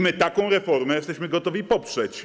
My taką reformę jesteśmy gotowi poprzeć.